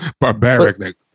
barbaric